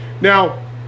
Now